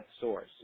source